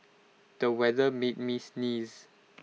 the weather made me sneeze